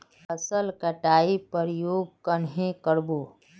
फसल कटाई प्रयोग कन्हे कर बो?